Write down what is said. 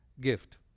gift